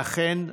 ואכן,